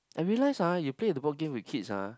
I realise ah you play the board game with kids ah